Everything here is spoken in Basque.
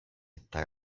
eta